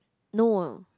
no